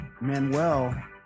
Manuel